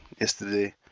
yesterday